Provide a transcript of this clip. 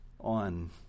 on